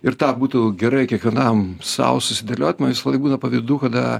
ir tą būtų gerai kiekvienam sau susidėliot man visąlaik būna pavydu kada